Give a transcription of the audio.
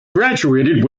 graduated